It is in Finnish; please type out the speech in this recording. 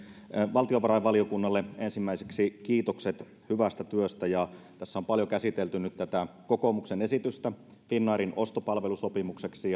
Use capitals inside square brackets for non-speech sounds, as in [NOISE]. valtiovarainvaliokunnalle ensimmäiseksi kiitokset hyvästä työstä tässä on paljon käsitelty nyt tätä kokoomuksen esitystä finnairin ostopalvelusopimukseksi [UNINTELLIGIBLE]